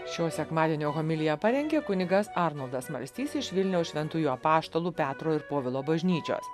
šio sekmadienio homiliją parengė kunigas arnoldas smalstys iš vilniaus šventųjų apaštalų petro ir povilo bažnyčios